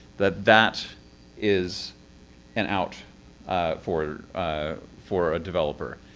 that that is an out for for a developer.